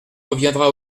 reviendra